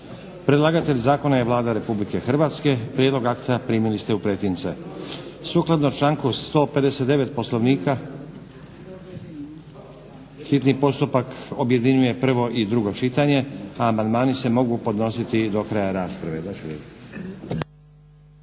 Predlagatelj zakona je Vlada Republike Hrvatske. Prijedlog akta primili ste u pretince. Sukladno članku 159. Poslovnika hitni postupak objedinjuje prvo i drugo čitanje, a amandmani se mogu podnositi do kraja rasprave.